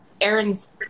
aaron's